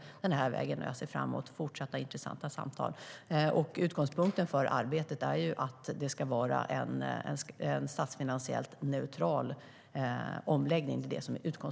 Jag ser fram emot fortsatta intressanta samtal. Utgångspunkten för arbetet är ju att det ska vara en statsfinansiellt neutral omläggning.